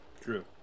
True